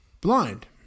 blind